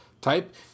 type